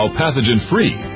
pathogen-free